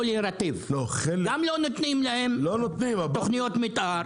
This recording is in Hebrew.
להירטב גם לא נותנים להם תוכניות מתאר,